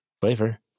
Flavor